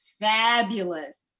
fabulous